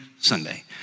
Sunday